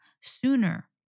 sooner